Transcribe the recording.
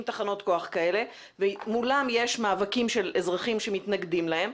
תחנות כוח כאלה ומולם יש מאבקים של אזרחים שמתנגדים להם.